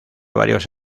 varios